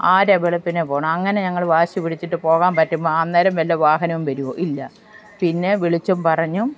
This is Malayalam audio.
ആരെ വെളുപ്പിനു പോകണെ അങ്ങനെ ഞങ്ങൾ വാശി പിടിച്ചിട്ടു പോകാൻ പറ്റുമ്പോൾ അന്നേരം വല്ല വാഹനവും വരുമോ ഇല്ല പിന്നെ വിളിച്ചും പറഞ്ഞും